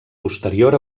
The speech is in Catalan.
posterior